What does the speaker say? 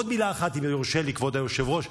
ועוד מילה אחת, אם יורשה לי, כבוד היושב-ראש.